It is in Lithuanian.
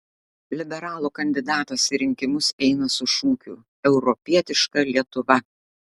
liberalų kandidatas į rinkimus eina su šūkiu europietiška lietuva